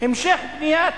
המשך בניית